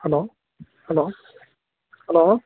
hello hello hello